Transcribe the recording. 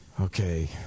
Okay